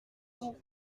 vous